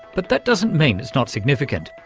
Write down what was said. but that doesn't mean it's not significant.